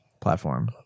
platform